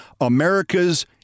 America's